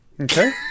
Okay